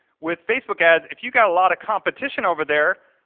with facebook ads, if you got a lot of competition over there,